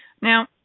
Now